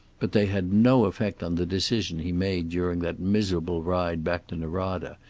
but they had no effect on the decision he made during that miserable ride back to norada,